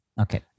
Okay